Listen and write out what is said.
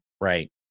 right